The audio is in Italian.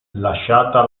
lasciata